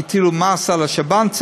הטילו מס על השב"ן,